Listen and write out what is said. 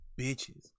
Bitches